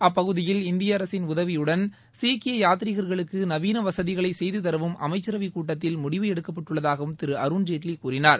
அப்பகுதியில் இந்திய அரசின் உதவியுடன் சீக்கிய யாத்ரீகர்களுக்கு நவீன வசதிகளை செய்து தரவும் அமைச்சரவை கூட்டத்தில் முடிவு எடுக்கப்பட்டுள்ளதாகவும் திரு அருண்ஜேட்லி கூறினார்